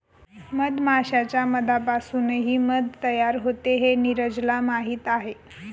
मधमाश्यांच्या मधापासूनही मध तयार होते हे नीरजला माहीत आहे